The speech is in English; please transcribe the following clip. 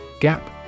Gap